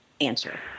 answer